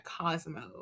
Cosmo